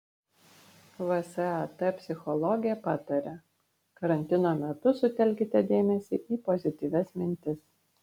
vsat psichologė pataria karantino metu sutelkite dėmesį į pozityvias mintis